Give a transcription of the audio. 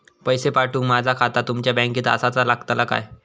पैसे पाठुक माझा खाता तुमच्या बँकेत आसाचा लागताला काय?